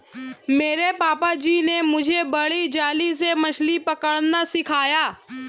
मेरे पापा जी ने मुझे बड़ी जाली से मछली पकड़ना सिखाया